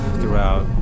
throughout